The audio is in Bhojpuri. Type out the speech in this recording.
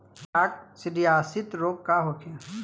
काकसिडियासित रोग का होखे?